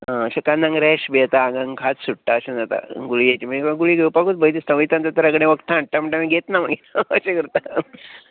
अशे आंगांक रेश बी येता आनी आंगाक खाज बी सुट्टा अशें जाता गुळी गुळी घेवपाकूत भंय दिसता वयतां डॉक्टरा कडेन वखदां हाडटा म्हणटा घेयत ना मागीर अशें करता